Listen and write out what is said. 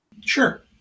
Sure